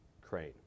crane